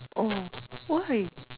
oh why